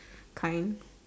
kind